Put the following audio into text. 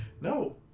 No